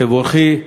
תבורכי.